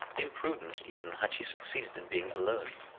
imprudent, even had she succeeded in being alone.